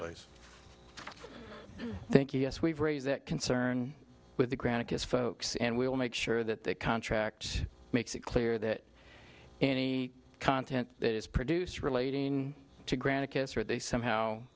place thank you yes we've raised that concern with the grandkids folks and we'll make sure that that contract makes it clear that any content that is produced relating to grant case or they somehow